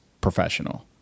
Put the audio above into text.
professional